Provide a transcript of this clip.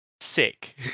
sick